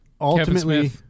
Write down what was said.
ultimately-